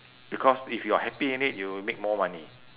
because if you are happy in it you make more money